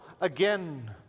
again